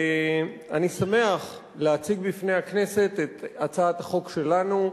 אני שמח להציג בפני הכנסת את הצעת החוק שלנו,